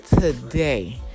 today